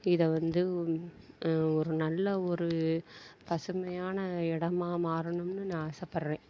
இதை வந்து ஒரு நல்ல ஒரு பசுமையான இடமா மாறணும்ன்னு நான் ஆசைப்பட்றன்